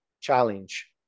challenge